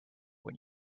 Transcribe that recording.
when